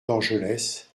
dorgelès